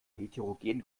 heterogenen